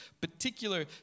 particular